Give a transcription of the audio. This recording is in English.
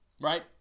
right